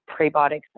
prebiotics